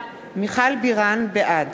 בעד